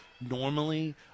normally